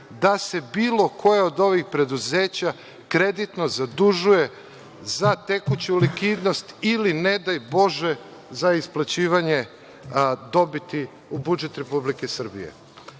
da se bilo koje od ovih preduzeća kreditno zadužuje za tekuću likvidnost ili, ne daj bože, za isplaćivanje dobiti u budžet Republike Srbije.